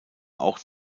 auch